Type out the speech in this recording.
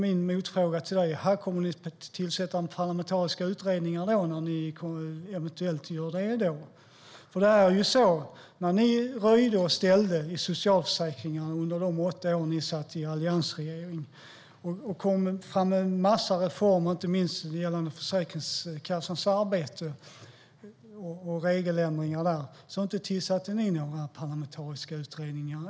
Min motfråga blir: Kommer ni att tillsätta parlamentariska utredningar då? När ni styrde och ställde med socialförsäkringen under de åtta år som ni satt i alliansregeringen och kom fram med en massa reformer och regeländringar, inte minst gällande Försäkringskassans arbete, tillsatte ni inte några parlamentariska utredningar.